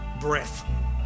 breath